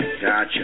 Gotcha